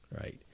right